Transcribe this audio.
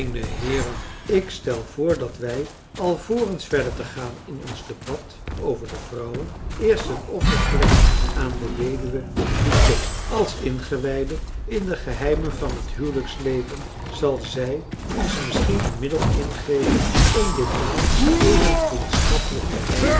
ik stel voor dat wij alvorens verder te gaan in ons debat over de vrouwen eerst een offer plengen aan de weduwe cliquot als ingewijde in de geheimen van het huwelijksleven zal zij ons misschien een middel ingeven om dit maal even vriendschappelijk te eindigen